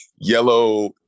yellow